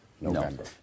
November